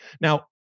Now